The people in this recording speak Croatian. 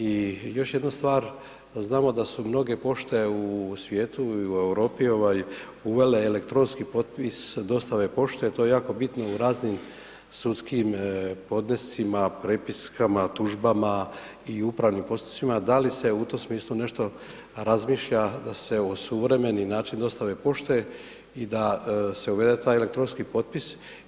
I još jednu stvar, znamo da su mnoge pošte u svijetu i u Europi ovaj uvele elektronski potpis dostave pošte, to je jako bitno u raznim sudskim podnescima, prepiskama, tužbama i upravnim postupcima, da li se u tom smislu nešto razmišlja da se osuvremeni, način dostave pošte i da se uvede taj elektronski potpis.